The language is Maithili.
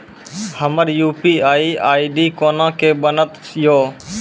हमर यु.पी.आई आई.डी कोना के बनत यो?